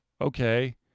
Okay